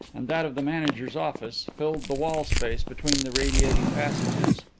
and that of the manager's office, filled the wall-space between the radiating passages.